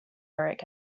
erik